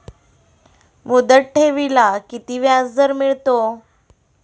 मुदत ठेवीला किती व्याजदर मिळतो?